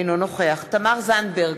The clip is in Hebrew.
אינו נוכח תמר זנדברג,